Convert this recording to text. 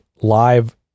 live